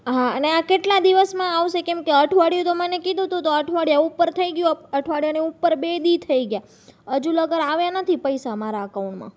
હા અને આ કેટલા દિવસમાં આવશે કેમકે અઠવાડિયું તો મને કીધું તું તો અઠવાડિયા ઉપર થઈ ગયું અઠવાડિયાની ઉપર બે દી થઈ ગયા હજુ લગન આવ્યા નથી પૈસા મારા અકાઉન્ટમાં